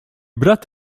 brat